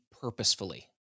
purposefully